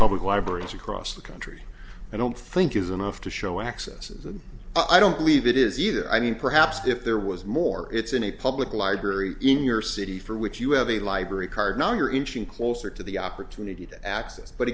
public libraries across the country i don't think is enough to show access and i don't believe it is either i mean perhaps if there was more it's in a public library in your city for which you have a library card now you're inching closer to the opportunity to access but